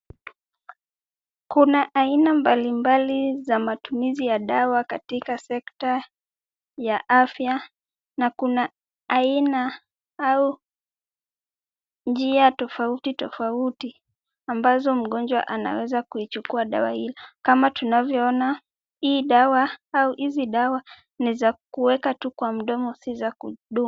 Kuna aina mbalimbali za matumizi ya dawa katika sekta ya afya na kuna aina au njia tofauti tofauti ambazo mgonjwa anaweza kuichukua dawa hiyo, kama tunavyoona, hii dawa au hizi dawa ni za kuweka tu kwa mdomo si za kudungwa.